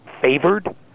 favored